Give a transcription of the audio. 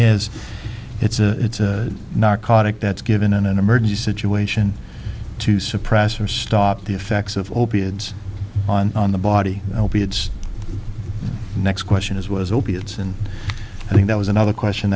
is it's a narcotic that's given in an emergency situation to suppress or stop the effects of opiates on the body opiates the next question as well as opiates and i think that was another question